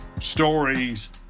stories